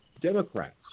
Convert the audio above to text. Democrats